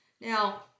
Now